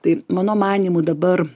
tai mano manymu dabar